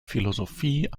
philosophie